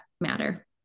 matter